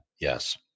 Yes